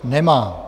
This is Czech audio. Nemá.